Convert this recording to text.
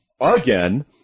again